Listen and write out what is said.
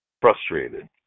frustrated